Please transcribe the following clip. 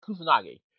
Kusanagi